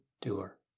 doer